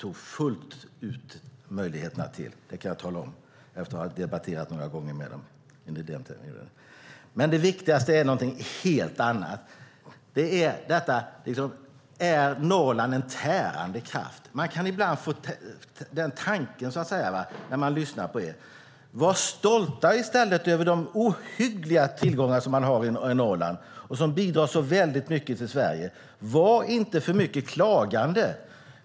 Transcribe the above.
De använde den möjligheten fullt ut kan jag tala om efter att ha debatterat många gånger med dem. Det viktigaste gäller någonting helt annat, nämligen om Norrland är en tärande kraft. Man kan ibland få den känslan när man lyssnar på delar av oppositionen. Var i stället stolta över de oerhörda tillgångar som finns i Norrland och som så mycket bidrar till Sverige. Var inte alltför mycket klagande.